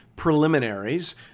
preliminaries